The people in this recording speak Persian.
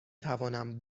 توانم